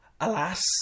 Alas